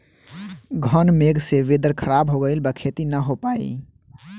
घन मेघ से वेदर ख़राब हो गइल बा खेती न हो पाई